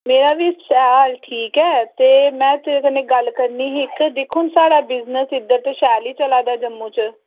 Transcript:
मेरा बी हाल ठीक ऐ ते में तेरे कन्नै गल्ल करनी ही इक दिक्ख हून साढ़ा बिजनेस इद्धर ते शैल ई चलै दा जम्मू च